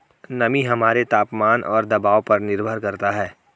नमी हमारे तापमान और दबाव पर निर्भर करता है